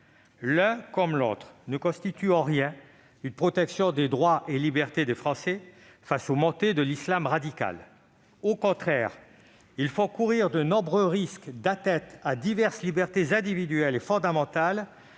L'un comme l'autre ne constituent en rien une protection des droits et libertés des Français face aux montées de l'islam radical ; au contraire, ils font courir de nombreux risques d'atteintes à diverses libertés individuelles et fondamentales,